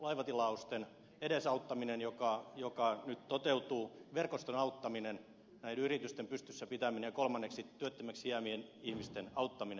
laivatilausten edesauttaminen joka nyt toteutuu verkoston auttaminen yritysten pystyssä pitäminen ja kolmanneksi työttömäksi jäävien ihmisten auttaminen